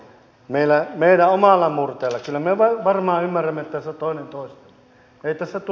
meillä myydä omalla murteessa siinä voi varmaan ymmärrämme on ansiokasta toimintaa